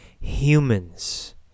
humans